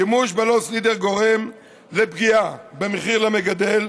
שימוש ב"לוס לידר" גורם לפגיעה במחיר למגדל,